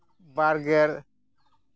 ᱵᱟᱨᱜᱮᱞ